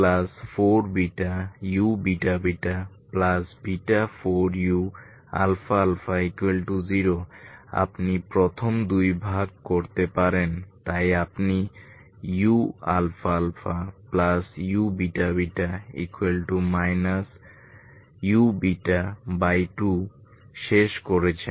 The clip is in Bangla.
2u4βuβββ4uαα0 আপনি প্রথম দুই ভাগ করতে পারেন তাই আপনি uααuββ u2 শেষ করেছেন